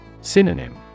Synonym